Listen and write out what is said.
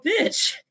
bitch